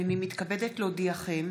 הינני מתכבדת להודיעכם,